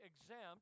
exempt